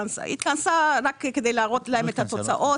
התכנסה רק כדי להראות להם את התוצאות,